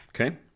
Okay